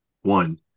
one